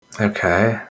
Okay